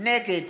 נגד